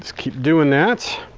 keep doing that